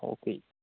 okay